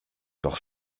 doch